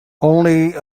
only